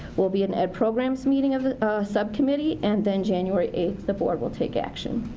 will be an ed. programs meeting of the sub-committee. and then january eighth the board will take action.